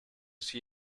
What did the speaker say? see